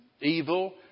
evil